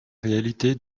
réalité